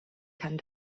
kann